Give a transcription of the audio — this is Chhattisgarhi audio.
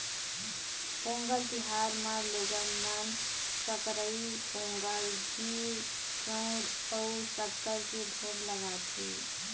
पोंगल तिहार म लोगन मन सकरई पोंगल, घींव, चउर अउ सक्कर के भोग लगाथे